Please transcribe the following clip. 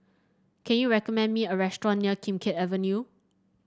can you recommend me a restaurant near Kim Keat Avenue